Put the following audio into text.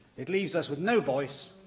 it leaves us with no voice,